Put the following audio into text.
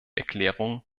erklärungen